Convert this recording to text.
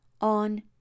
on